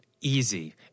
easy